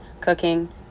cooking